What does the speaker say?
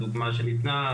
הדוגמא שניתנה,